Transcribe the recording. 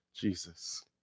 Jesus